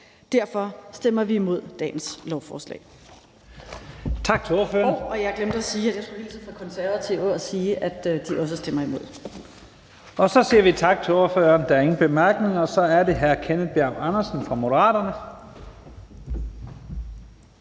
Derfor stemmer vi imod dagens lovforslag.